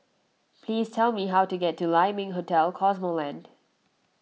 please tell me how to get to Lai Ming Hotel Cosmoland